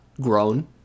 grown